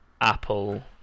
Apple